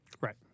Right